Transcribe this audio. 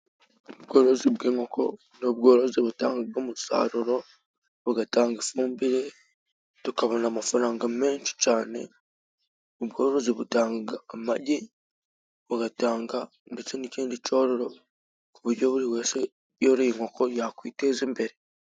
Ubworozi bw'inkoko ni ubworozi butanga umusaruro, bugatanga ifumbire tukabona amafaranga menshi cyane. Ubworozi butanga amagi, bugatanga ndetse n'ikindi cyororo, ku buryo buri wese yoroye inkoko yakwiteza imbere.